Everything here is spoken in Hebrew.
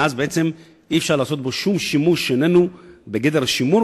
ואז אי-אפשר לעשות בו שום שימוש שאינו בגדר שימור,